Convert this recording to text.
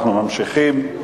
אנחנו ממשיכים.